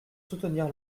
soutenir